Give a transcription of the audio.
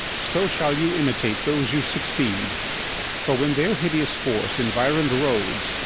so shall you imitate those you succeed for, when their hideous force environ'd rhodes,